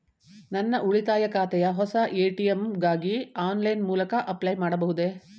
ನನ್ನ ಉಳಿತಾಯ ಖಾತೆಯ ಹೊಸ ಎ.ಟಿ.ಎಂ ಗಾಗಿ ಆನ್ಲೈನ್ ಮೂಲಕ ಅಪ್ಲೈ ಮಾಡಬಹುದೇ?